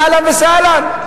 אהלן וסהלן.